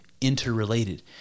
interrelated